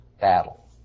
battle